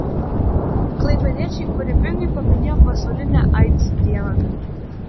klaipėdiečiai kūrybingai paminėjo pasaulinę aids dieną